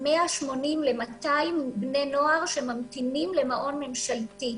200-180 בני נוער שממתינים למעון ממשלתי.